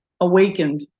awakened